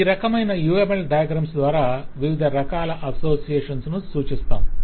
ఈ రకమైన UML diagram ద్వారా వివిధ రకాల అసోసియేషన్స్ ను సూచిస్తాము